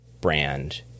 brand